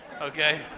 Okay